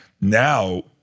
Now